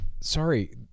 sorry